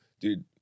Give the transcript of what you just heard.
dude